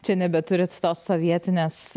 čia nebeturit tos sovietinės